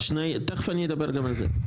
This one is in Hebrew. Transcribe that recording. תכף אני אדבר גם על זה.